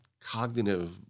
cognitive